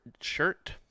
shirt